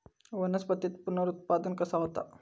वनस्पतीत पुनरुत्पादन कसा होता?